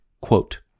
quote